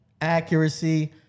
accuracy